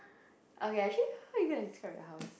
okay actually how you gonna describe your house